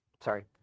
Sorry